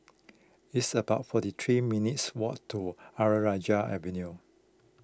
it's about forty three minutes' walk to Ayer Rajah Avenue